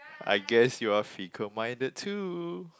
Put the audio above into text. I guess you are fickle minded too